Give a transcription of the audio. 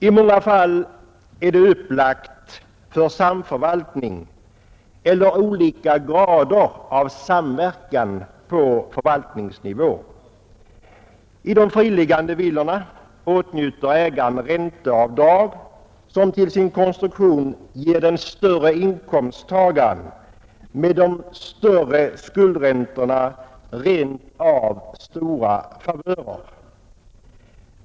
I många fall är det upplagt för samförvaltning eller olika grader av samverkan på förvaltningsnivå. I de friliggande villorna åtnjuter ägaren ränteavdrag, som till sin konstruktion är sådant att det ger den större inkomsttagaren med de större skuldräntorna rent av stora favörer.